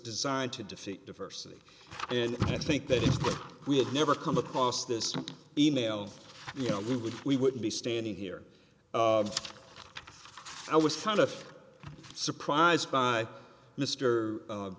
designed to defeat diversity and i think that if we had never come across this email you know we would we wouldn't be standing here i was kind of surprised by mr a